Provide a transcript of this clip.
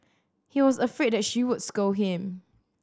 he was afraid that she would scold him